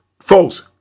folks